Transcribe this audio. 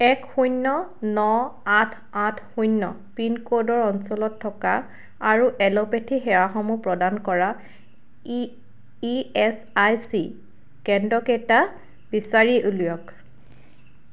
এক শূন্য ন আঠ আঠ শূন্য পিনক'ডৰ অঞ্চলত থকা আৰু এলোপেথী সেৱাসমূহ প্ৰদান কৰা ই ইএচআইচি কেন্দ্ৰকেইটা বিচাৰি উলিয়াওক